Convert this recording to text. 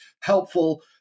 helpful